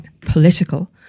political